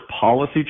policy